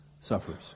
suffers